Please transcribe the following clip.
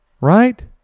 Right